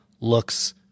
looks